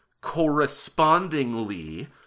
Correspondingly